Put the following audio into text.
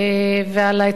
אדוני היושב-ראש.